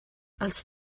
els